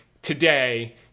today